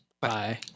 Bye